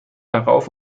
darauf